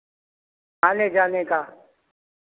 आने जाने का